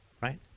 right